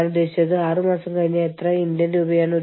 ഞാൻ നിങ്ങളോട് പറഞ്ഞതുപോലെ വിവേചന വിരുദ്ധ നിയമങ്ങൾ